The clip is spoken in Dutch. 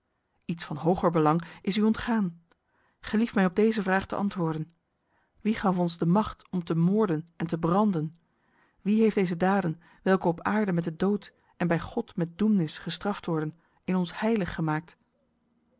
iets van hoger belang is u ontgaan gelief mij op deze vraag te antwoorden wie gaf ons de macht om te moorden en te branden wie heeft deze daden welke op aarde met de dood en bij god met doemnis gestraft worden in ons heilig gemaakt